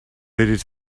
redet